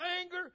anger